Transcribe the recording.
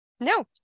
no